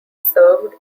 served